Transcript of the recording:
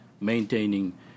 maintaining